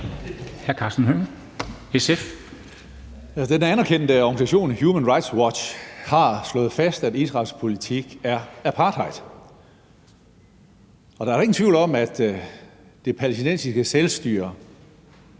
Den anerkendte organisation Human Rights Watch har slået fast, at Israels politik er apartheid. Der er jo ingen tvivl om, at det palæstinensiske selvstyre